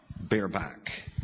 bareback